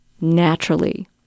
naturally